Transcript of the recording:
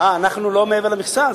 אנחנו לא מעבר למכסה?